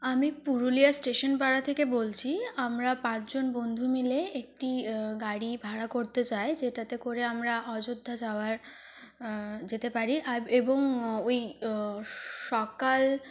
আমি পুরুলিয়ার স্টেশনপাড়া থেকে বলছি আমরা পাঁচজন বন্ধু মিলে একটি গাড়ি ভাড়া করতে চাই যেটাতে করে আমরা অযোধ্যা যাওয়ার যেতে পারি আর এবং ওই সকাল